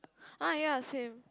ah ya same